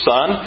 Son